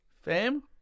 Fame